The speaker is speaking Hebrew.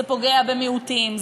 זה פוגע במיעוטים,